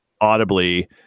audibly